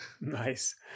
Nice